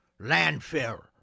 Landfill